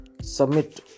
submit